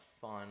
fun